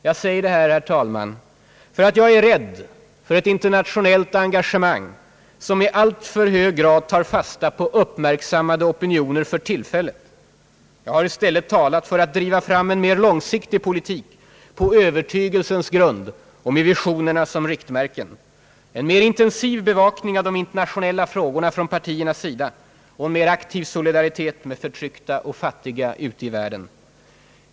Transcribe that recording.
Jag säger det här för att jag är rädd för ett internationellt engagemang som i alltför hög grad tar fasta på uppmärksammade opinioner för tillfället. Jag har i stället talat för att driva fram en långsiktig politik på övertygelsernas grund och med visionerna som riktmärken, en mer intensiv bevakning av de internationella frågorna från partiernas sida och en mer aktiv solidaritet med förtryckta och fattiga ute i världen.